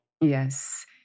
Yes